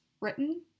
written